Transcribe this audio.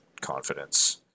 confidence